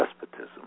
despotism